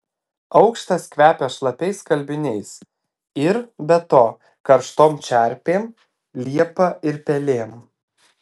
aukštas kvepia šlapiais skalbiniais ir be to karštom čerpėm liepa ir pelėm